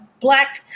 Black